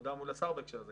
ועבודה מול השר בהקשר הזה?